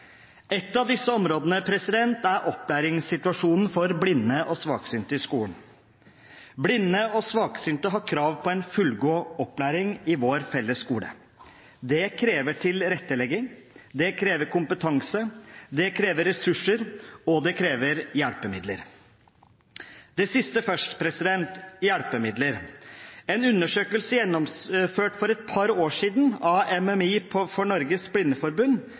av disse områdene er opplæringssituasjonen for blinde og svaksynte i skolen. Blinde og svaksynte har krav på en fullgod opplæring i vår felles skole. Det krever tilrettelegging, det krever kompetanse, det krever ressurser, og det krever hjelpemidler. Det siste først: hjelpemidler. En undersøkelse gjennomført for et par år siden av MMI for Norges Blindeforbund,